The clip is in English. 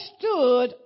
stood